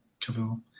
Cavill